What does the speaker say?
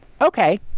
okay